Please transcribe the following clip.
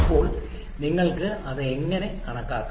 അപ്പോൾ നിങ്ങൾക്ക് അത് എങ്ങനെ കണക്കാക്കാം